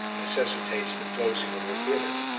necessitates the closing of the theatre.